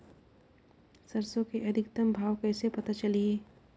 सरसो के अधिकतम भाव कइसे पता चलही?